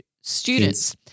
students